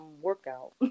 workout